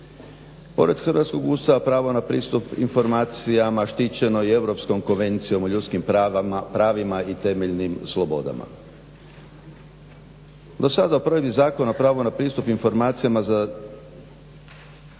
Pored hrvatskog Ustava pravo na pristup informacijama štićeno je i Europskom konvencijom o ljudskim pravima i temeljnim slobodama. Do sada o provedbi Zakona o pravu na pristup informacijama